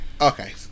okay